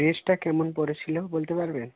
ড্রেসটা কেমন পরেছিলো বলতে পারবেন